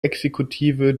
exekutive